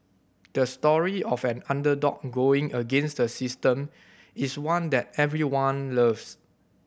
the story of an underdog going against the system is one that everyone loves